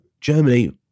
Germany